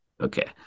Okay